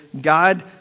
God